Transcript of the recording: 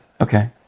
Okay